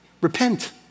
Repent